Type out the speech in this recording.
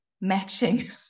matching